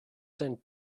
sent